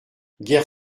guerre